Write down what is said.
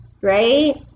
right